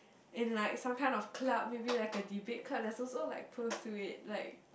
in like some kind of club maybe like a debate club there's also like pros to it like